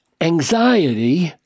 anxiety